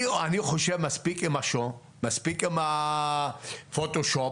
אני חושב שמספיק עם ההצגה, מספיק עם הפוטו שופ,